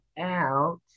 out